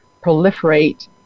proliferate